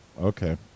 okay